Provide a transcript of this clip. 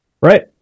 Right